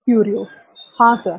क्युरिओ हां सर